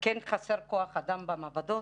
כן חסר כוח-אדם במעבדות.